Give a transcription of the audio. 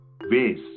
ways